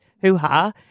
hoo-ha